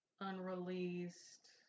Unreleased